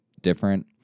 different